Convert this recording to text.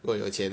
如果有钱 leh